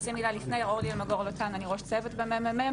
אני ראש צוות בממ"מ.